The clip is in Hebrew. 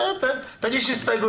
תגיש הסתייגויות.